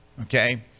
okay